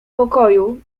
pokoju